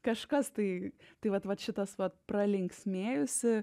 kažkas tai tai vat vat šitas va pralinksmėjusi